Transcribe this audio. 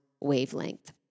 wavelength